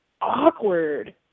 awkward